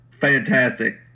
fantastic